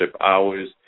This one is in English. hours